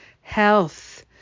health